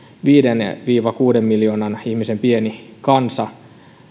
viiva kuuden miljoonan ihmisen pieni kansa